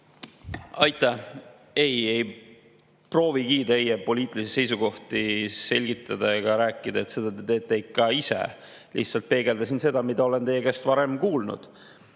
Aitäh! Ei proovigi teie poliitilisi seisukohti selgitada ega neist rääkida – seda te teete ikka ise. Lihtsalt peegeldasin seda, mida olen teie käest varem kuulnud.